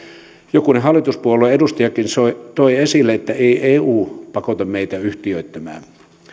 jokunen hallituspuolueen edustajakin toi esille että ei eu pakota meitä yhtiöittämään